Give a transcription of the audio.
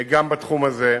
גם בתחום הזה.